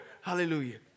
Hallelujah